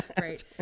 Right